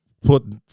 put